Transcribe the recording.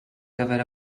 gyfer